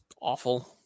awful